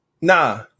Nah